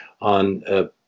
on